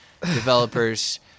developers